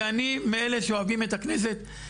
ואני מאלה שאוהבים את הכנסת,